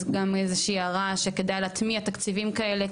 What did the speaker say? אז גם איזה שהיא הערה שכדאי להטמיע תקציבים כאלה.